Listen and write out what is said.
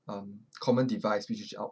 um common device which is our